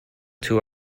tour